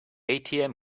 atm